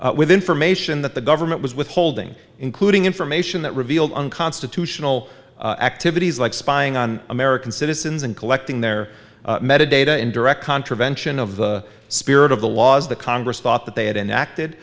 public with information that the government was withholding including information that revealed unconstitutional activities like spying on american citizens and collecting their metadata in direct contravention of the spirit of the laws that congress thought that they had enacted